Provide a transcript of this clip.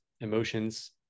emotions